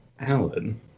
Alan